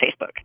Facebook